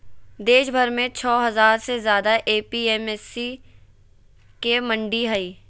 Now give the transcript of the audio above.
देशभर में छो हजार से ज्यादे ए.पी.एम.सी के मंडि हई